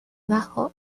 bajo